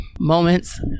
moments